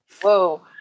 whoa